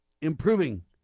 improving